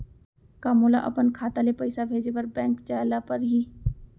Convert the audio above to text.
का मोला अपन खाता ले पइसा भेजे बर बैंक जाय ल परही?